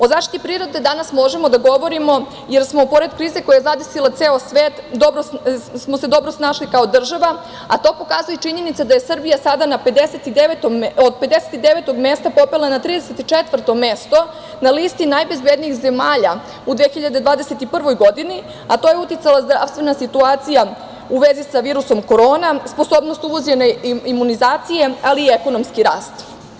O zaštiti prirode danas možemo da govorimo jer smo pored krize koja je zadesila ceo svet, dobro smo se snašli kao država, a to pokazuje i činjenica da se Srbija sada od 59. mesta popela na 34. mesto na listi najbezbednijih zemalja u 2021. godini, a na to je uticala zdravstvena situacija u vezi sa virusom korona, sposobnost uvođenja imunizacije, ali i ekonomski rast.